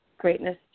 greatness